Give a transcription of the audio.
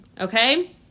okay